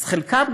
אז חלקם,